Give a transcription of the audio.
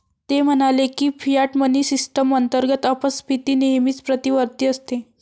ते म्हणाले की, फियाट मनी सिस्टम अंतर्गत अपस्फीती नेहमीच प्रतिवर्ती असते